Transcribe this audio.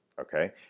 Okay